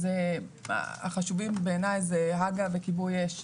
שבעיניי החשובים הם הג"א וכיבוי אש.